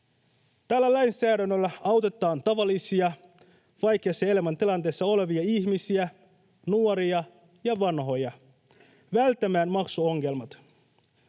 Tällä lainsäädännöllä autetaan tavallisia vaikeassa elämäntilanteessa olevia ihmisiä, nuoria ja vanhoja, välttämään maksuongelmat.